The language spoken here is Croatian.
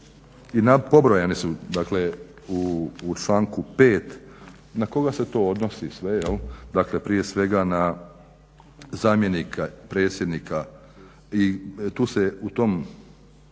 i pobrojane su u članku 5. na koga se to odnosi sve, dakle prije svega na zamjenika predsjednika i tu se u tom